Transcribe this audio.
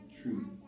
truth